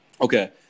Okay